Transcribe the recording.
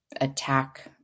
attack